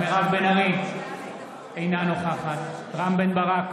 אינה נוכחת ברא.